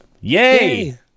yay